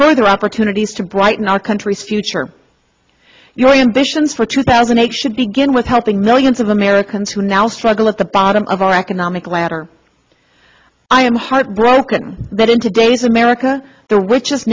further opportunities to brighten our country's future your ambitions for two thousand a should begin with helping millions of americans who now struggle at the bottom of our economic ladder i am heartbroken that in today's america the richest